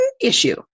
issue